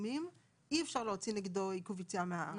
תשלומים אי אפשר להוציא נגדו צו עיכוב יציאה מן הארץ,